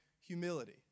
humility